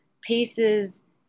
pieces